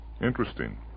Interesting